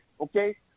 okay